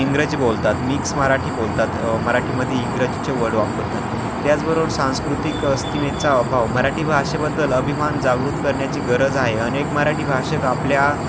इंग्रजी बोलतात मिक्स मराठी बोलतात मराठीमध्ये इंग्रजीचे वर्ड वापरतात त्याचबरोबर सांस्कृतिक अस्तिमेचा अभाव मराठी भाषेबद्दल अभिमान जागृत करण्याची गरज आहे अनेक मराठी भाषक आपल्या